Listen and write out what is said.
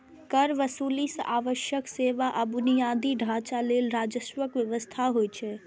कर वसूली सं आवश्यक सेवा आ बुनियादी ढांचा लेल राजस्वक व्यवस्था होइ छै